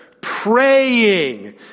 praying